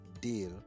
deal